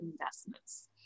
investments